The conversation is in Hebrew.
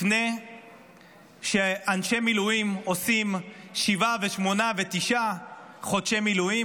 לפני שאנשי מילואים עושים שבעה ושמונה ותשעה חודשי מילואים,